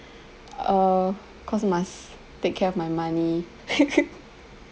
uh cause must take care of my money